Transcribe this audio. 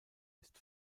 ist